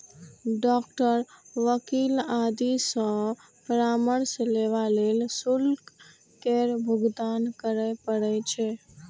doctor, वकील आदि सं परामर्श लेबा लेल शुल्क केर भुगतान करय पड़ै छै